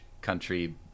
country